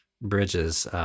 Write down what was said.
bridges